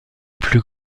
plus